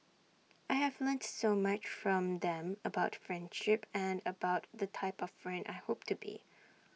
I have learnt so much from them about friendship and about the type of friend I hope to be